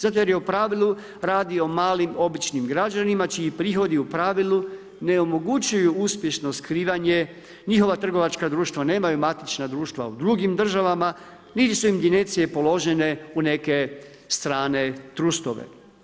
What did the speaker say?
Zato jer je u pravilu radi o malim, običnim građanima, čiji prihodi u pravilu ne omogućuju uspješno skrivanje, njihova trgovačka društva nemaju matična društva u drugim državama, niti su im ginecije položene u neke strane trustove.